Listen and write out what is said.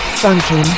funky